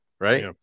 right